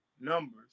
Numbers